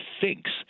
thinks